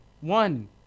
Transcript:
One